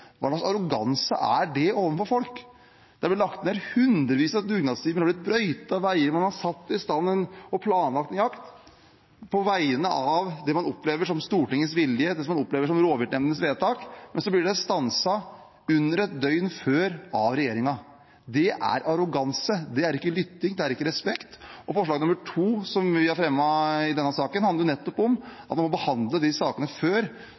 Hva slags arroganse er det overfor folk? Det er blitt lagt ned hundrevis av dugnadstimer, det er blitt brøytet veier, man har satt ting i stand og planlagt en jakt på vegne av det man opplever som Stortingets vilje, det man opplever som rovviltnemndenes vedtak. Men så blir det stanset under et døgn før, av regjeringen. Det er arroganse, det er ikke lytting, det er ikke respekt. Og forslag nr. 2 i denne saken, som vi er med på å fremme, handler nettopp om at man må behandle de sakene før,